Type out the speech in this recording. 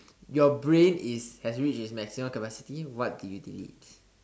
your brain is actually is maximum capacity what do you delete